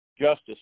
Justice